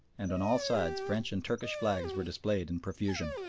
and on all sides french and turkish flags were displayed in profusion.